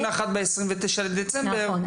--- אבל אם הוא נחת ב-29 לדצמבר --- נכון.